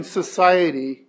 society